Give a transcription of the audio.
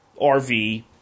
rv